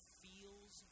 feels